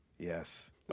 yes